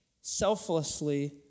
selflessly